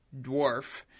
dwarf